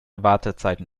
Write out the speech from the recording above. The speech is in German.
wartezeiten